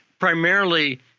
Primarily